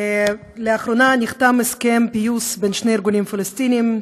לאחרונה נחתם הסכם פיוס בין שני ארגונים פלסטיניים,